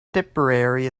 tipperary